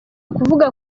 kuvuga